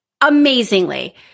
amazingly